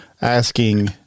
asking